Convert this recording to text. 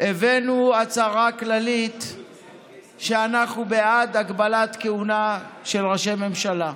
הבאנו הצהרה כללית שאנחנו בעד הגבלת כהונה של ראשי ממשלה.